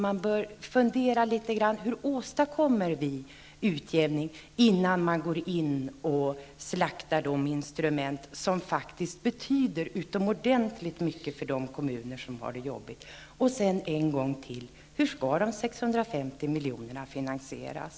Man bör fundera litet grand över hur man skall åstadkomma utjämning, innan man går in och slaktar de instrument som faktiskt betyder utomordentligt mycket för de kommuner som har det jobbigt. miljonerna finansieras?